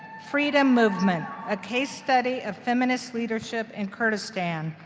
freedom movement a case study of feminist leadership in kurdistan.